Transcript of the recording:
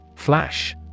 Flash